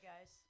guys